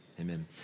amen